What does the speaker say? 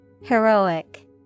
Heroic